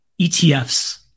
ETFs